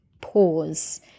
pause